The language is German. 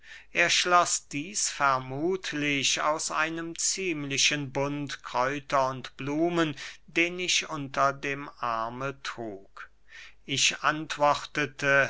er schloß dieß vermuthlich aus einem ziemlichen bund kräuter und blumen den ich unter dem arme trug ich antwortete